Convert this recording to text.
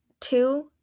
two